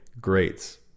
greats